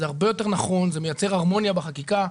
זה הרבה יותר נכון, זה מייצר הרמוניה בחקיקה.